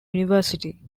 university